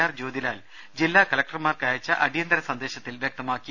R Jyothilal ജില്ലാ കലക്ടർമാർക്കയച്ച അടിയന്തര സന്ദേ ശത്തിൽ വൃക്തമാക്കി